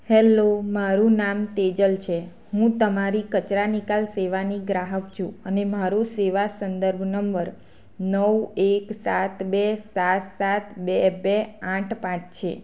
hello મારું નામ તેજલ છે હું તમારી કચરા નિકાલ સેવાની ગ્રાહક છું અને મારુ સેવ સંદર્ભ નંબર નવ એક સાત બે સાત સાત બે બે આઠ પાંચ છે